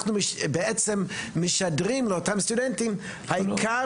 אנחנו בעצם משדרים לאותם סטודנטים שהעיקר